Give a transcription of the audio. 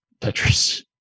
tetris